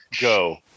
Go